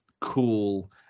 cool